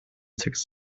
six